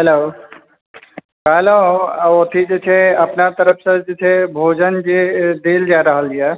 hello अथी जे छै अपने तरफ से जे छै भोजन जे देल जा रहल यऽ